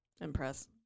impress